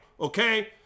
okay